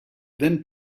then